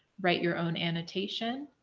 write your own annotation.